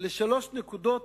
לשלוש נקודות